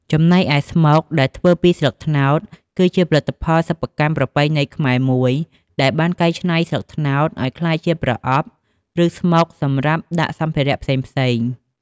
ចំណែកឯស្មុកដែលធ្វើពីស្លឹកត្នោត គឺជាផលិតផលសិប្បកម្មប្រពៃណីខ្មែរមួយ ដែលបានកែច្នៃស្លឹកត្នោតឲ្យក្លាយជាប្រអប់ ឬស្មុកសម្រាប់ដាក់សម្ភារៈផ្សេងៗ។